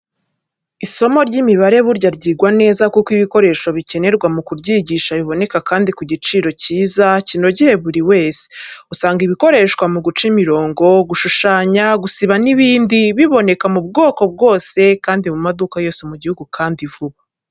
Isomo ry'imibare burya ryigwa neza kuko ibikoresho bikenerwa mu kuryigisha biboneka kandi ku giciro cyiza kinogeye buri wese. Usanga ibikoreshwa mu guca imirongo, gushushanya, gusiba n'ibindi. Biboneka mu bwoko bwose kandi mu maduka yose mu gihugu kandi vuba.